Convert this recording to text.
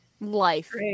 Life